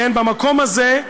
כן במקום הזה,